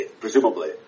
Presumably